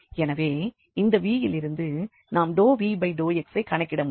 எனவே இந்த v யிலிருந்து நாம் ∂v∂x ஐ கணக்கிட முடியும்